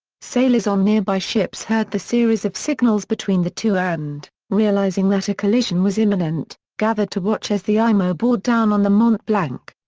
sailors on nearby ships heard the series of signals between the two and, realizing that a collision was imminent, gathered to watch as the imo bore down on the mont-blanc.